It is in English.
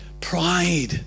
Pride